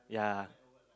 yeah